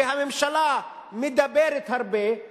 הממשלה מדברת הרבה;